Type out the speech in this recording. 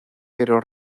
pero